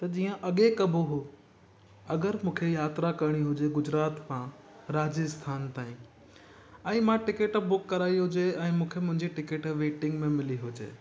त जीअं अॻे कबो हुओ अगरि मूंखे यात्रा करिणी हुजे गुजरात खां राजस्थान ताईं ऐं मां टिकिट बुक कराई हुजे ऐं मूंखे मुंहिंजी टिकिट वेटिंग में मिली हुजे